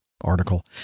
article